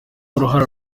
uruhara